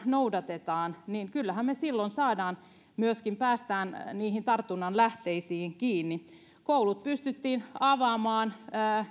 noudatetaan kyllähän me silloin myöskin pääsemme niihin tartunnan lähteisiin kiinni koulut pystyttiin avaamaan